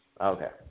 Okay